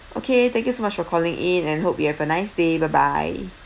okay thank you so much for calling in and hope you have a nice day bye bye